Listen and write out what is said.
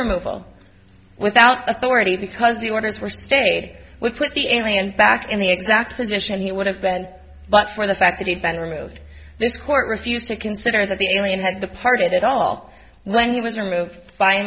removal without authority because the orders were stayed would put the alien back in the exact position he would have been but for the fact that he'd been removed this court refused to consider that the alien had departed at all when he was removed find